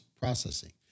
processing